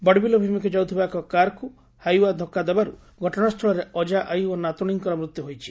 ବଡ଼ବିଲ୍ ଅଭିମୁଖେ ଯାଉଥିବା ଏକ କାର୍କୁ ହାଇଓ୍ୱା ଧକ୍କା ଦେବାରୁ ଘଟଶାସ୍ଚଳରେ ଅଜା ଆଇ ଓ ନାତୁଶୀଙ୍କର ମୃତ୍ୟୁ ହୋଇଛି